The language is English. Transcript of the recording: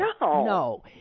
no